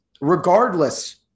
regardless